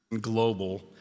global